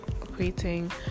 creating